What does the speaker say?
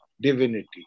divinity